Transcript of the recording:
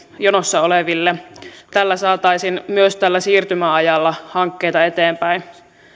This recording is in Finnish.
jonossa oleville hakemuksille tällä saataisiin myös tällä siirtymäajalla hankkeita eteenpäin